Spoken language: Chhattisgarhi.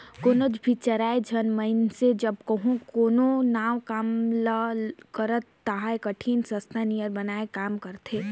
कोनोच भी चाएर झन मइनसे जब कहों कोनो नावा काम ल ओर करथे ता एकठिन संस्था नियर बनाए के काम करथें